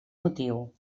motiu